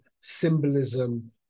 symbolism